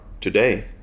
today